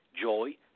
joy